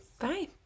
Bye